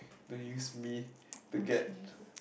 don't use me to get